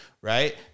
Right